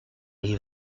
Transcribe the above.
les